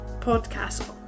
podcast